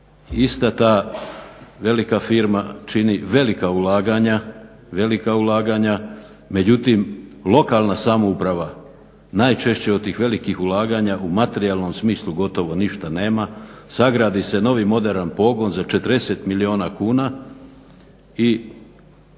Ista ta velika firma čini velika ulaganja, međutim lokalna samouprava najčešće od tih velikih ulaganja u materijalnom smislu gotovo ništa nema. Sagradi se novi moderan pogon za 40 milijuna kuna i